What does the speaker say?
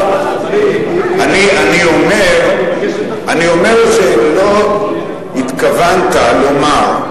לא אמרתי, חס וחלילה, אני אומר שלא התכוונת לומר,